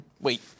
wait